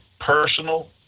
personal